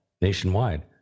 nationwide